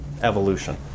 evolution